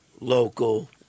local